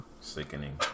sickening